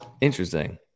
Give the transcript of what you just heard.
interesting